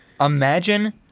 imagine